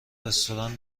رستوران